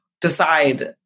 decide